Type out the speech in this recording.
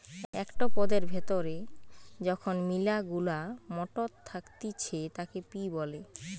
একটো পদের ভেতরে যখন মিলা গুলা মটর থাকতিছে তাকে পি বলে